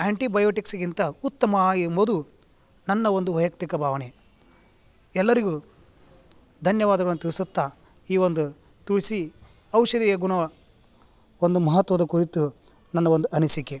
ಆ್ಯಂಟಿಬಯೋಟಿಕ್ಸಿಗಿಂತ ಉತ್ತಮ ಎಂಬುದು ನನ್ನ ಒಂದು ವೈಯಕ್ತಿಕ ಭಾವನೆ ಎಲ್ಲರಿಗೂ ಧನ್ಯವಾದಗಳನ್ನು ತಿಳಿಸುತ್ತಾ ಈ ಒಂದು ತುಳಸಿ ಔಷಧೀಯ ಗುಣ ಒಂದು ಮಹತ್ವದ ಕುರಿತು ನನ್ನ ಒಂದು ಅನಿಸಿಕೆ